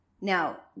Now